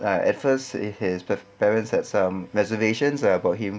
ah at first if his parents have some reservations ah about him